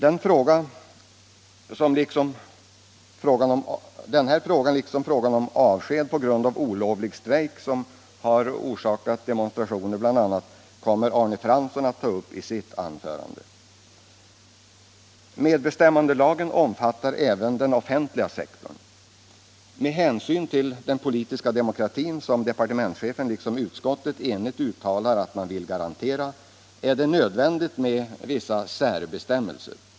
Denna fråga, liksom frågan om avsked på grund av olovlig strejk, som orsakade demostrationer, kommer Arne Fransson att ta upp i sitt anförande. Medbestämmandelagen omfattar även den offentliga sektorn. Med hänsyn till den politiska demokratin, som departementschefen liksom utskottet enigt uttalar att man vill garantera, är det nödvändigt med vissa särbestämmelser.